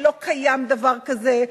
שלא קיים דבר כזה,